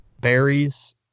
berries